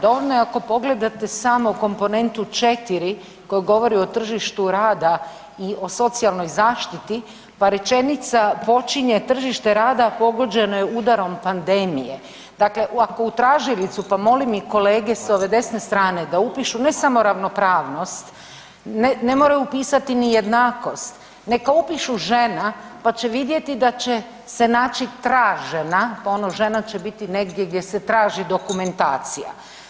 Dovoljno je ako pogledate samo komponentu 4 koja govori o tržištu rada i o socijalnoj zaštiti pa rečenica počinje, tržište rada pogođeno je udarom pandemije, dakle ako u tražilicu pa molim i kolege s ove desne strane da upišu ne samo ravnopravnost, ne moraju upisati ni jednakost, neka upišu žena pa će vidjeti da će se naći tražena pa ono žena će biti negdje gdje se traži dokumentacija.